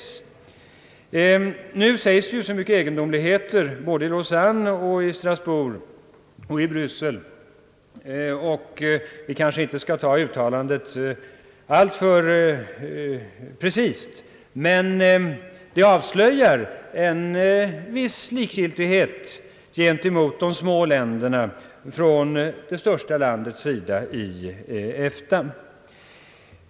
Nu sägs det ju så många egendomligheter både i Lausanne, i Strasbourg och i Bryssel, och vi skall kanske inte ta uttalandet alltför exakt, men det avslöjar en viss likgiltighet gentemot de små länderna från det största landet i EFTA.